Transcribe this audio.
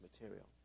material